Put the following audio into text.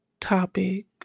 topic